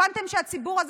הבנתם שהציבור הזה,